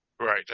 Right